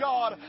God